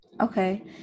Okay